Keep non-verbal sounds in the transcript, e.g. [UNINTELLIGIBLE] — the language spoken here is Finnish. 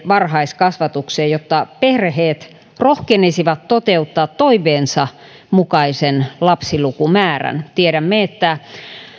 [UNINTELLIGIBLE] varhaiskasvatukseen jotta perheet rohkenisivat toteuttaa toiveensa mukaisen lapsilukumäärän tiedämme että